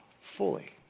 fully